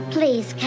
Please